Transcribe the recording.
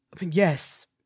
Yes